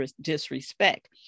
disrespect